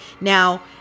Now